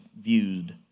viewed